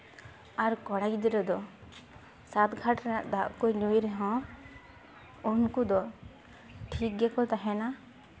ᱟᱨ ᱠᱚᱲᱟ ᱜᱤᱫᱽᱨᱟᱹ ᱫᱚ ᱥᱟᱛ ᱜᱷᱟᱴ ᱨᱮᱱᱟᱜ ᱫᱟᱜ ᱠᱚ ᱧᱩᱭ ᱨᱮᱦᱚᱸ ᱩᱱᱠᱩ ᱫᱚ ᱴᱷᱤᱠ ᱜᱮᱠᱚ ᱛᱟᱦᱮᱱᱟ